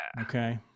Okay